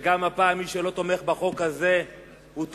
וגם הפעם מי שלא תומך בחוק הזה תומך